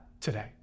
today